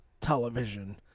television